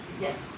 yes